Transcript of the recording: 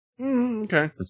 Okay